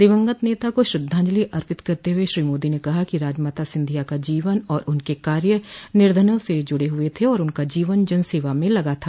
दिवंगत नेता को श्रद्धांजलि अर्पित करते हुए श्री मोदी ने कहा कि राजमाता सिंधिया का जीवन और उनके कार्य निर्धनों से जुड़े हुए थे और उनका जीवन जनसेवा में लगा था